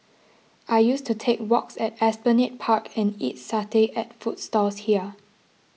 I used to take walks at Esplanade Park and eat satay at food stalls here